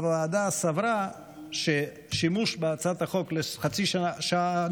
הוועדה סברה ששימוש בהצעת החוק בחצי השנה